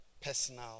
personal